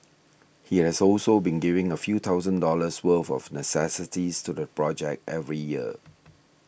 he has also been giving a few thousand dollars worth of necessities to the project every year